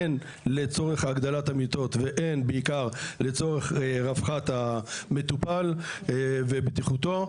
הן לצורך הגדלת המיטות והן בעיקר לצורך רווחת המטופל ובטיחותו,